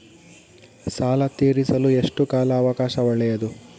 ಸಾಲ ತೇರಿಸಲು ಎಷ್ಟು ಕಾಲ ಅವಕಾಶ ಒಳ್ಳೆಯದು?